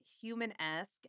human-esque